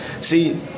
See